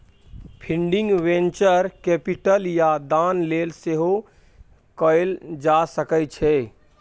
funding venture capital या दान लेल सेहो कएल जा सकै छै